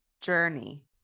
journey